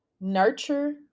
nurture